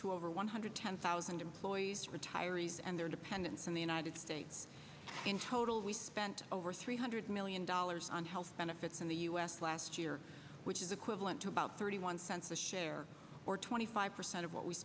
to over one hundred ten thousand employees retirees and their dependents in the united states in total we spent over three hundred million dollars on health benefits in the u s last year which is equivalent to about thirty one cents a share or twenty five percent of what we